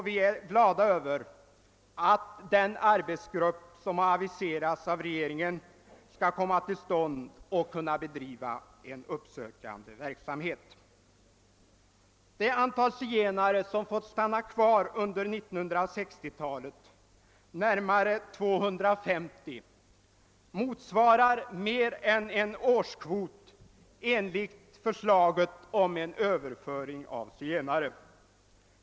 Vi är glada över att den arbetsgrupp som har aviserats av regeringen skall komma till stånd och kunna bedriva en uppsökande verksamhet. De zigenare som har fått stanna kvar under 1960-talet, närmare 250 personer, motsvarar mer än en årskvot enligt förslaget om överföring av zigenare.